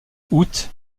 août